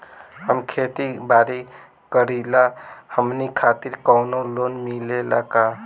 हम खेती बारी करिला हमनि खातिर कउनो लोन मिले ला का?